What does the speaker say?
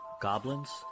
goblins